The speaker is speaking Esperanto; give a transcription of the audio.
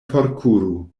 forkuru